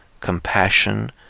compassion